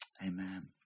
amen